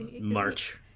March